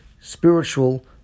spiritual